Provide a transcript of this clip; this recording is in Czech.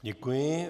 Děkuji.